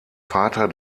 vater